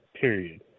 period